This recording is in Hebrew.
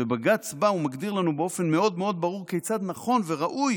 ובג"ץ בא ומגדיר לנו באופן מאוד מאוד ברור כיצד נכון וראוי